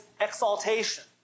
exaltation